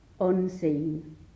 unseen